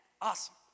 awesome